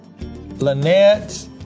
Lynette